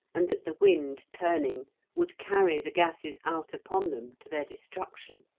and that the wind turning would carry the gases out upon them to their destruction.